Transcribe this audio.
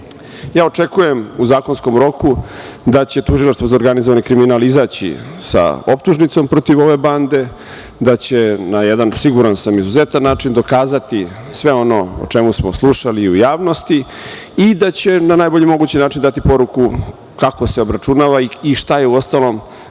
očekujem u zakonskom roku da će Tužilašstvo za organizovani kriminal izaći sa optužnicom protiv ove banke, da će na jedan siguran sam izuzetan način dokazati sve ono o čemu smo slušali i u javnosti i da će na najbolji mogući način dati poruku kako se obračunava i šta je logičan